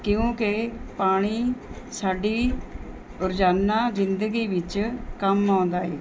ਕਿਉਂਕਿ ਪਾਣੀ ਸਾਡੀ ਰੋਜ਼ਾਨਾ ਜ਼ਿੰਦਗੀ ਵਿੱਚ ਕੰਮ ਆਉਂਦਾ ਹੈ